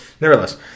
Nevertheless